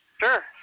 sure